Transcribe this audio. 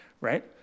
right